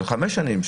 של חמש שנים,